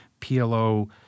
PLO